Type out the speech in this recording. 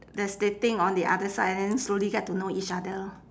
there's dating on the other side and then slowly get to know each other